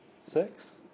six